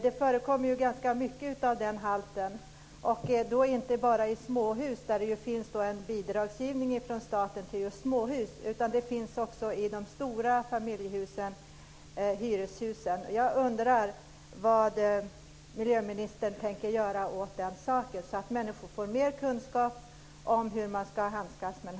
Det förekommer ju ganska mycket av detta, och då inte bara i småhus där det finns en bidragsgivning från staten. Det finns också i de stora hyreshusen.